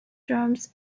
drums